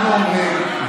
אנחנו אומרים,